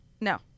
No